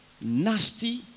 nasty